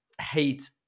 hate